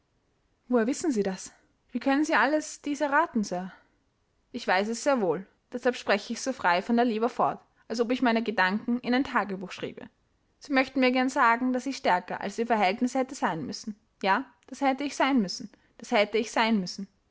woher wissen sie das wie können sie alles dies erraten sir ich weiß es sehr wohl dashalb spreche ich so frei von der leber fort als ob ich meine gedanken in ein tagebuch schriebe sie möchten mir gern sagen daß ich stärker als die verhältnisse hätte sein müssen ja das hätte ich sein müssen das hätte ich sein müssen